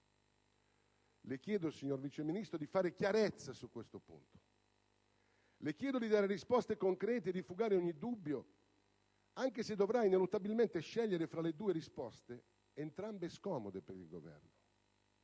Le chiedo, signor Vice Ministro, di fare chiarezza su questo punto. Le chiedo di dare risposte concrete e di fugare ogni dubbio, anche se dovrà ineluttabilmente scegliere tra due risposte, entrambe scomode per il Governo.